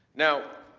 now,